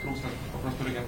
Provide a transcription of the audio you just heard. trūkstant kol kas turimiem